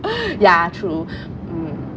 ya true mm